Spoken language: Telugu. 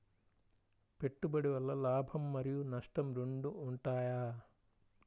పెట్టుబడి వల్ల లాభం మరియు నష్టం రెండు ఉంటాయా?